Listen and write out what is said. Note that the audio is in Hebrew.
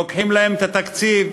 לוקחים להם את התקציב,